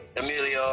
Emilio